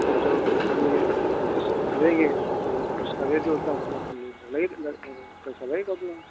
तो जो कंपनी के जैसे लेंगे अब जो जैसे इसका रेट जो होता है उतना अब लगे पैसा लगेगा अपना